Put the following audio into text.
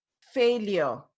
failure